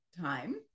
time